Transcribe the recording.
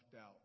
out